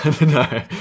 no